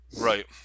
right